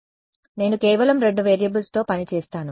కాబట్టి నేను కేవలం రెండు వేరియబుల్స్తో పని చేస్తాను